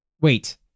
wait